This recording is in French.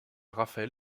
raphaël